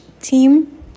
team